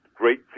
great